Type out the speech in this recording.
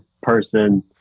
person